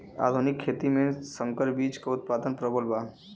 आधुनिक खेती में संकर बीज क उतपादन प्रबल बा